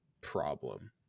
problem